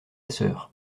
sœur